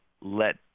let